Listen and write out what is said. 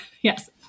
Yes